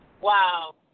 Wow